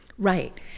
Right